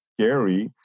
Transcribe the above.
scary